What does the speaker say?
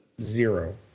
Zero